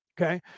okay